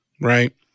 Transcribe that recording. right